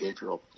behavioral